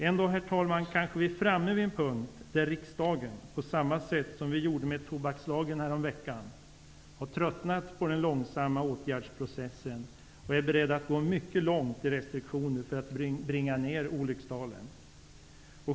En dag, herr talman, kanske vi är framme vid en punkt där riksdagen, på samma sätt som vi gjorde med tobakslagen häromveckan, har tröttnat på den långsamma åtgärdsprocessen och är beredd att gå mycket långt i restriktioner för att bringa ner olyckstalen.